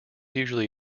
usually